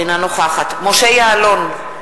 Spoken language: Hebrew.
אינה נוכחת משה יעלון,